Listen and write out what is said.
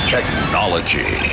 technology